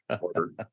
order